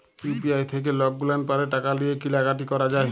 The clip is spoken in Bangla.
ইউ.পি.আই থ্যাইকে লকগুলাল পারে টাকা দিঁয়ে কিলা কাটি ক্যরা যায়